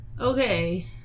Okay